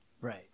Right